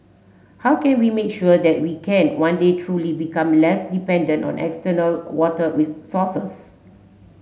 how can we make sure that we can one day truly become less dependent on external water resources